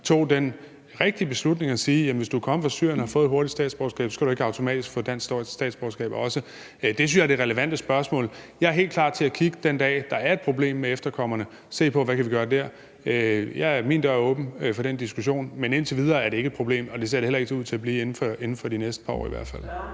tog den rigtige beslutning og sagde: Hvis du er kommet fra Syrien og har fået et hurtigt statsborgerskab, kan du ikke automatisk også få dansk statsborgerskab? Det synes jeg er det relevante spørgsmål. Jeg er helt klar til – den dag, der er et problem med efterkommerne – at se på, hvad vi kan gøre der. Min dør er åben for den diskussion. Men indtil videre er det ikke et problem, og det ser det heller ikke ud til at blive inden for de næste par år i hvert fald.